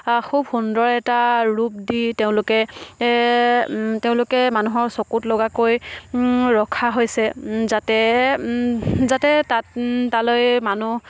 খুব সুন্দৰ এটা ৰূপ দি তেওঁলোকে মানুহৰ চকুত লগাকৈ ৰখা হৈছে যাতে তালৈ মানুহ